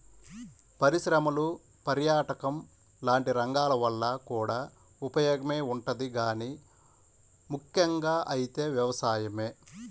పరిశ్రమలు, పర్యాటకం లాంటి రంగాల వల్ల కూడా ఉపయోగమే ఉంటది గానీ ముక్కెంగా అయితే వ్యవసాయమే